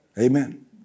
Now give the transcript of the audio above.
Amen